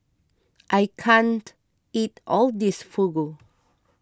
I can't eat all of this Fugu